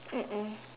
mm mm